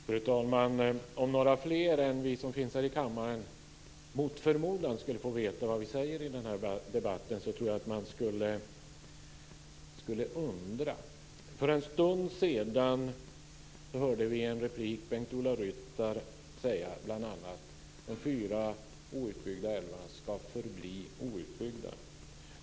Fru talman! Om några fler än vi som finns här i kammaren mot förmodan skulle få veta vad vi säger i den här debatten tror jag att man skulle undra. För en stund sedan hörde vi i en replik Bengt-Ola Ryttar säga bl.a. att de fyra outbyggda älvarna ska förbli outbyggda.